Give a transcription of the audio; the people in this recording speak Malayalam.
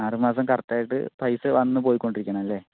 ആറ് മാസം കറക്റ്റ് ആയിട്ട് പൈസ വന്ന് പോയികൊണ്ടിരിക്കണം അല്ലെ